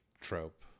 trope